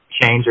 change